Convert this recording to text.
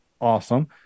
awesome